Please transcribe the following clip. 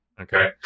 okay